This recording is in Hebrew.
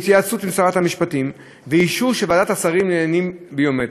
התייעצות עם שרת המשפטים ואישור ועדת השרים לעניינים ביומטריים.